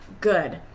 good